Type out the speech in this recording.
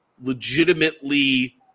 legitimately